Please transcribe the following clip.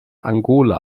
angola